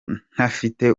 ntafite